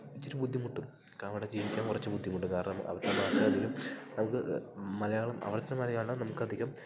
ഇച്ചിരി ബുദ്ധിമുട്ടും കാരണം അവിടെ ജീവിക്കാൻ കുറച്ച് ബുദ്ധിമുട്ടും കാരണം അവിടുത്തെ ഭാഷാ അല്ലേലും നമുക്ക് മലയാളം അവിടത്തെ മലയാളം നമുക്കധികം